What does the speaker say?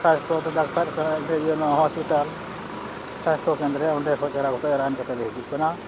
ᱥᱟᱥᱛᱷᱚ ᱫᱚ ᱰᱟᱠᱛᱟᱨ ᱡᱮᱢᱚᱱ ᱦᱚᱥᱯᱤᱴᱟᱞ ᱥᱟᱥᱛᱷᱚ ᱠᱮᱱᱫᱨᱚ ᱚᱸᱰᱮ ᱠᱷᱚᱡ ᱪᱟᱞᱟᱜ ᱠᱟᱛᱮᱫ ᱨᱟᱱ ᱠᱟᱛᱮᱫ ᱞᱮ ᱦᱤᱡᱩᱜ ᱠᱟᱱᱟ